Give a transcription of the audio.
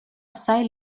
assai